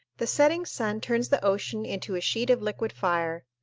the setting sun turns the ocean into a sheet of liquid fire.